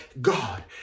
God